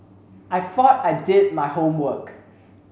I thought I did my homework